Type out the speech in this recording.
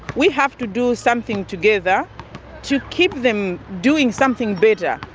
we have to do something together to keep them doing something better,